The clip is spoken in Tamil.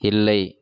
இல்லை